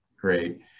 Great